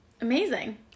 Amazing